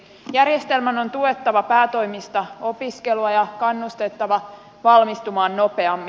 järjestelmän on tuettava päätoimista opiskelua ja kannustettava valmistumaan nopeammin